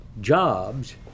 jobs